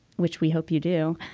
which we hope you do,